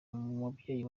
mubyeyi